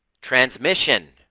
transmission